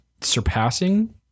surpassing